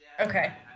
Okay